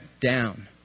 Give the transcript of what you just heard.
down